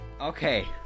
Okay